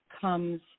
comes